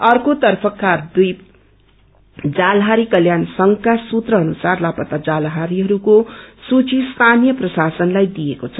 अर्कोतर्फ काकव्विप जालहारी कल्याण संघका सूत्र अनुसार लापत्ता जालहारीहरूको सूची स्थानीय प्रशासनलाई दिएको छ